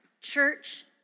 church